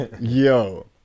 Yo